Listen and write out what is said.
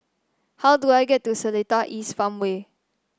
how do I get to Seletar East Farmway